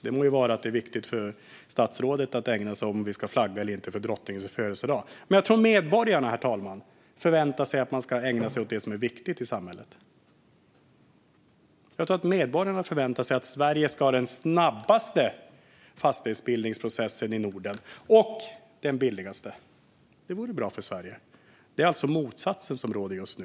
Det må vara att det är viktigt för statsrådet att ägna sig åt om vi ska flagga eller inte på drottningens födelsedag. Men jag tror, herr talman, att medborgarna förväntar sig att man ska ägna sig åt det som är viktigt i samhället. Jag tror att medborgarna förväntar sig att Sverige ska ha den snabbaste fastighetsbildningsprocessen i Norden, och den billigaste. Det vore bra för Sverige. Det är alltså motsatsen som råder just nu.